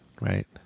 right